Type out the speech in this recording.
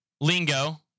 Lingo